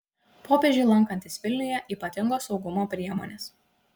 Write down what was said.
popiežiui lankantis vilniuje ypatingos saugumo priemonės